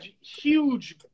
huge